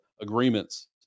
agreements